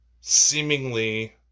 seemingly